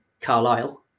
Carlisle